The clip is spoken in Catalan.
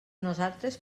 nosaltres